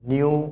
New